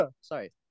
sorry